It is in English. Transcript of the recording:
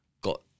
got